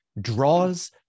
draws